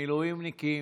מילואימניקים,